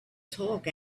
talk